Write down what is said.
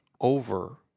over